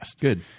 Good